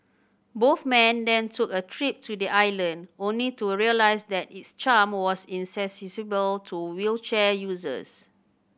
both men then took a trip to the island only to realise that its charm was inaccessible to wheelchair users